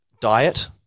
diet